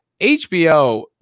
HBO